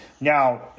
Now